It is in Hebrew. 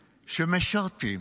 שמשרתים,